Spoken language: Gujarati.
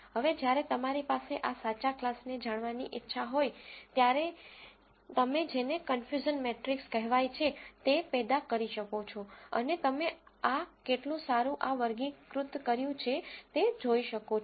હવે જ્યારે તમારી પાસે સાચા ક્લાસને જાણવાની આ ઈચ્છા હોય ત્યારે તમે જેને કન્ફ્યુઝન મેટ્રિક્સ કહેવાય છે તે પેદા કરી શકો છો અને તમે આ કેટલું સારું આ વર્ગીકૃત કર્યું છે તે જોઈ શકો છો